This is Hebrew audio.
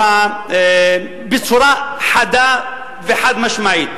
בצורה חדה וחד-משמעית.